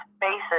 bases